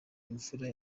imvura